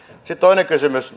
sitten toinen kysymys